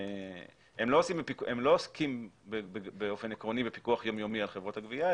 לא עוסקים באופן עקרוני בפיקוח יום יומי על חברות הגבייה,